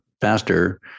faster